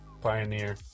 pioneer